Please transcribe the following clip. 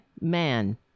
man